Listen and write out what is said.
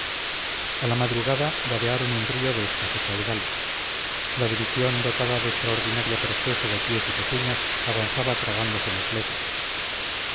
a la madrugada vadearon un río de escaso caudal la división dotada de extraordinaria presteza de pies y pezuñas avanzaba tragándose las leguas